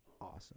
awesome